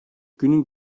günün